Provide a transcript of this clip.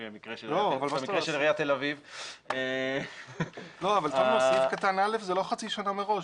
במקרה של עיריית תל אביב --- אבל סעיף קטן (א) זה לא חצי שנה מראש.